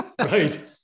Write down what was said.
Right